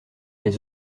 les